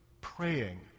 praying